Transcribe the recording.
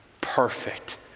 perfect